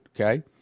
okay